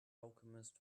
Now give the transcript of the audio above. alchemist